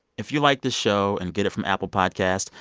if you like this show and get it from apple podcast,